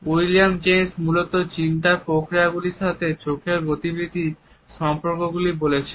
William James মূলত চিন্তার প্রক্রিয়া গুলির সাথে চোখের গতিবিধির সম্পর্ক গুলি করেছিলেন